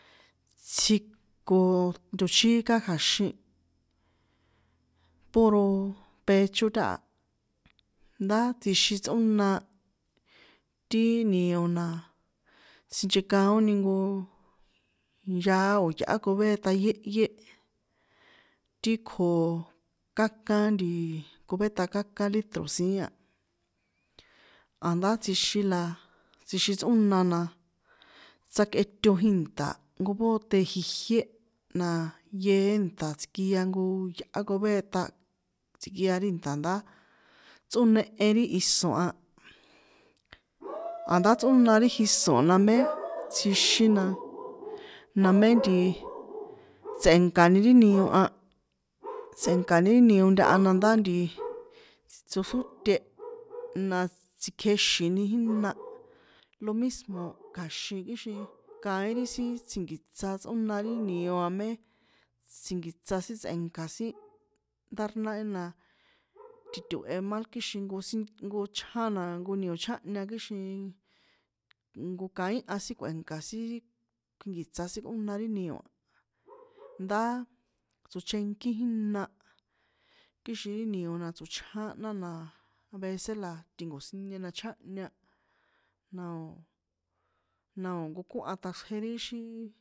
Tsjiko- o ntochíká kja̱xin, puro pecho táha ndá tsjixin tsꞌóna, ti nio na, sinchekaóni nko yaá o̱ yá cubeta yéhyé ti kjo kákán cubeta kákán litro siín, ànd´tsjixin tsꞌóna na tsjakꞌeto ìnṭa̱ nko bote ijié, na yeé nta̱ tsikia nko ya cubeta tsiki ri nṭa̱ ndá tsꞌónehe ri jisón, a̱ndá tsꞌóna ri iso̱n na mé tsjixin na mé nti tse̱nka̱ni ri nio a, tse̱nka̱ni ti nio ntaha nandá nti tsoxróte, na tsikjĕxini jína, lo mismo̱ kja̱xin íxin kaín ri sin tsjinki̱tsa tsꞌóna ri nio a mé, tsjinki̱tsa sin tsꞌe̱nka̱ sin nda ri náhi na ti to̱he mal kixin nko sin, nko chján na nko nio chjánhña kixin, nko kaínha sin kꞌue̱nka̱ sin ri, kjuinki̱tsa sin kꞌón ri nio a, ndá tsochenkí jína kixin ri nio na tsochján nána avece la ti nko̱siñe na chjánhña, na o̱, na o̱ nkokóha ṭꞌaxrje íxi.